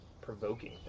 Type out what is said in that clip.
provoking